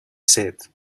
said